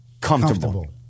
Comfortable